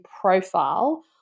profile